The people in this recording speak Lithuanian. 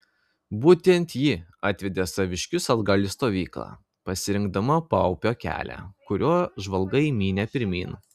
būtent ji atvedė saviškius atgal į stovyklą pasirinkdama paupio kelią kuriuo žvalgai mynė pirmyn